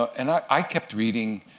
and i kept reading,